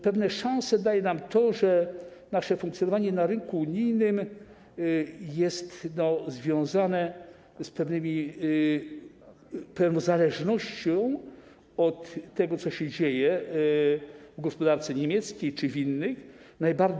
Pewne szanse daje nam to, że nasze funkcjonowanie na rynku unijnym jest związane z pewną zależnością od tego, co się dzieje w gospodarce niemieckiej czy w innych gospodarkach.